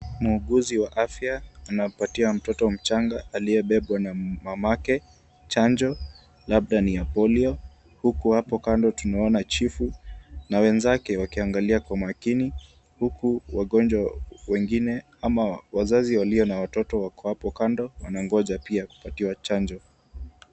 Muuguzi wa afya anampatia mtoto mchanga aliyebebwa na mama yake chanjo labda ni ya polio, huku hapo kando tunaona chifu na wenzake wakiangalia kwa makini huku wagonjwa wengine ama wazazi walio na watoto wako hapo kando, wanangoja pia kupatiwa chanjo.